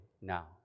now